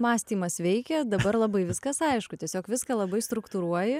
mąstymas veikia dabar labai viskas aišku tiesiog viską labai struktūruoji